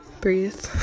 Breathe